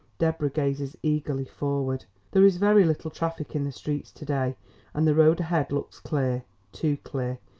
deborah gazes eagerly forward. there is very little traffic in the streets to-day and the road ahead looks clear too clear,